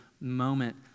moment